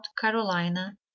Carolina